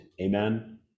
Amen